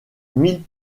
mille